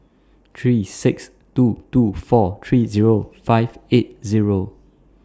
three six two two four three Zero five eight Zero